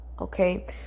Okay